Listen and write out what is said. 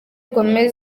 gomez